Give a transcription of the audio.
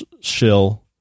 shill